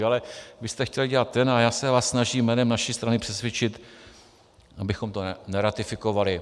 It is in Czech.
Ale vy jste chtěli dělat ten a já se vás snažím jménem naší strany přesvědčit, abychom to neratifikovali.